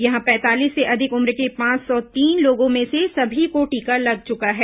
यहां पैंतालीस से अधिक उम्र के पांच सौ तीन लोगों में से सभी को टीका लग चुका है